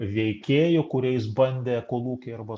veikėjų kuriais bandė kolūkiai arba